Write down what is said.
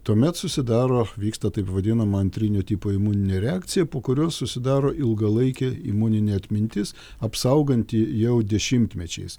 tuomet susidaro vyksta taip vadinama antrinio tipo imuninė reakcija po kurios susidaro ilgalaikė imuninė atmintis apsauganti jau dešimtmečiais